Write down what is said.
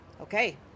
Okay